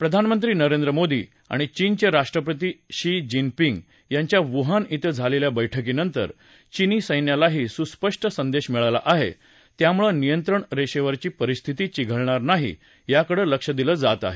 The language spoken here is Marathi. प्रधानमंत्री नरेंद्र मोदी आणि चीनचे राष्ट्रपती शी जिनपिंग यांच्या वुहान इथे झालेल्या बैठकीनंतर चिनी सैन्यालाही सुस्पष्ट संदेश मिळाला आहे त्यामुळे नियंत्रण रेषेवरची परिस्थिती चिघळणार नाही याकडे लक्ष दिलं जात आहे